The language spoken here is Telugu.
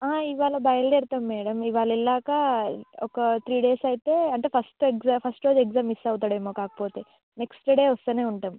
ఇవాళ బయలుదేరుతాము మేడమ్ ఇవాళ వెళ్ళాక ఒక త్రీ డేస్ అయితే అంటే ఫస్ట్ ఎగ్జామ్ ఫస్ట్ రోజు ఎగ్జామ్ మిస్ అవుతాడు ఏమో కాకపోతే నెక్స్ట్ డే వస్తూనే ఉంటాము